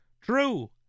True